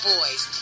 Boys